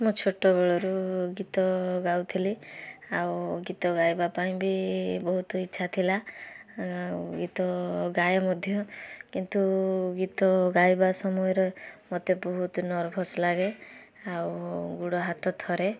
ମୁଁ ଛୋଟବଳରୁ ଗୀତ ଗାଉଥିଲି ଆଉ ଗୀତ ଗାଇବା ପାଇଁ ବି ବହୁତ ଇଛା ଥିଲା ଆଉ ଗୀତ ଗାଏ ମଧ୍ୟ କିନ୍ତୁ ଗୀତ ଗାଇବା ସମୟର ମତେ ବହୁତ ନର୍ଭସ ଲାଗେ ଆଉ ଗୋଡ଼ହାତ ଥରେ